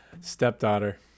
stepdaughter